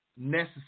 necessary